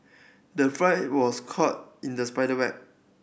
the fly was caught in the spider web